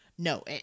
No